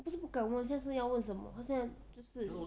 我不是不敢问现在是要问什么他现在就是